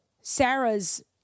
Sarah's